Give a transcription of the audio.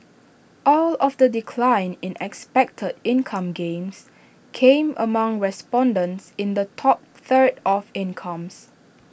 all of the decline in expected income gains came among respondents in the top third of incomes